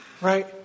Right